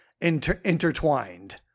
intertwined